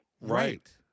Right